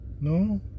No